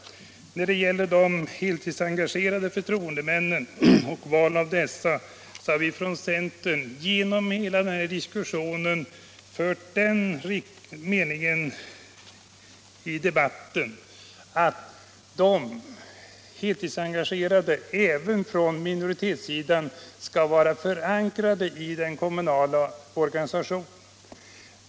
Beträffande de heltidsengagerade förtroendemännen och val av dessa vill jag säga att vi ifrån centern genom hela diskussionen haft den meningen i debatten att de heltidsengagerade även från minoritetssidan skall vara förankrade i den kommunala organisationen.